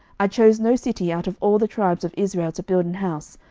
i chose no city out of all the tribes of israel to build an house,